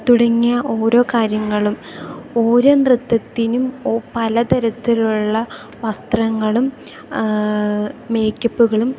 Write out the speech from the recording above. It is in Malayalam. തുടങ്ങിയ ഓരോ കാര്യങ്ങളും ഓരോ നൃത്തത്തിനും ഓ പല തരത്തിലുള്ള വസ്ത്രങ്ങളും മേക്കപ്പുകളും